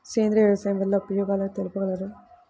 సేంద్రియ వ్యవసాయం వల్ల ఉపయోగాలు తెలుపగలరు?